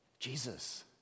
Jesus